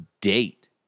date